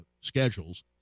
schedules